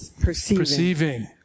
Perceiving